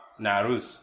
Narus